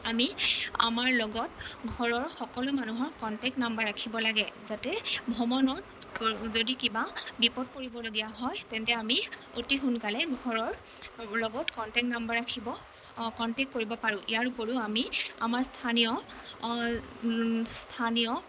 আমি আমাৰ লগত ঘৰৰ সকলো মানুহৰ কণ্টেক্ট নাম্বাৰ ৰাখিব লাগে যাতে ভ্ৰমণত যদি কিবা বিপদ পৰিবলগীয়া হয় অতি সোনকালে ঘৰৰ লগত কণ্টেক্ট নাম্বাৰ ৰাখিব কণ্টেক্ট কৰিব পাৰোঁ ইয়াৰোপৰিও আমি আমাৰ স্থানীয় স্থানীয়